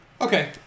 Okay